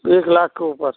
एक लाख के ऊपर